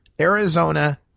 Arizona